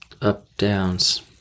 up-downs